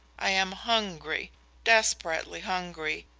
i am hungry desperately hungry.